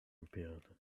appeared